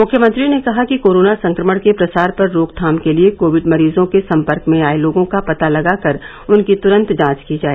मुख्यमंत्री ने कहा कि कोरोना संक्रमण के प्रसार पर रोकथाम के लिए कोविड मरीजों के संपर्क में आए लोगों का पता लगाकर उनकी तुरंत जांच की जाए